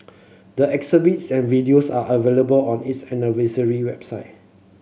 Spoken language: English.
the exhibits and videos are available on its anniversary website